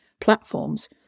platforms